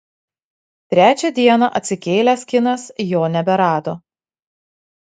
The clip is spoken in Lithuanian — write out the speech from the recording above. trečią dieną atsikėlęs kinas jo neberado